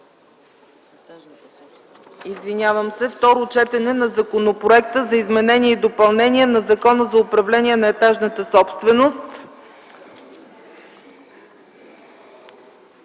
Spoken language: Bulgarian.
доклада за второ четене относно Законопроекта за изменение и допълнение на Закона за управление на етажната собственост,